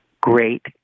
Great